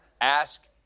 Ask